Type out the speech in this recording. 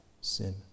sin